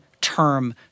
term